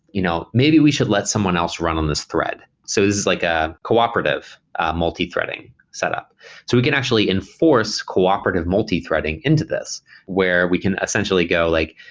you know maybe we should let someone else run on this thread. so this is like a cooperative multithreading set up. so we can actually enforce cooperative multithreading into this where we can essentially go like,